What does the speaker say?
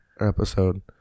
episode